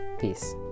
Peace